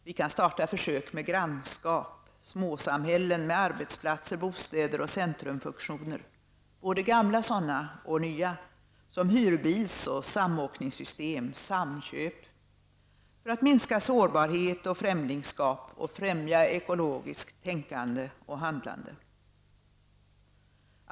Vi kan starta försök med grannskap, småsamhällen med arbetsplatser, bostäder och centrumfunktioner, både gamla sådana och nya, som hyrbils och samåkningssystem och samköp -- för att minska sårbarhet och främlingskap och främja ekologiskt tänkande och handlande.